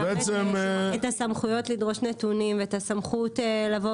גם יש את הסמכויות לדרוש נתונים ואת הסמכות לבוא